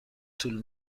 طول